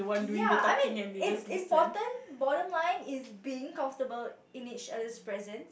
ya I mean it's important bottom line is being comfortable in each other's presence